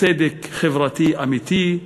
צדק חברתי אמיתי,